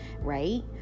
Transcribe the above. right